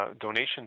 donation